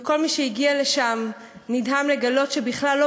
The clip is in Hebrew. וכל מי שהגיע לשם נדהם לגלות שבכלל לא